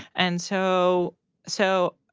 and so so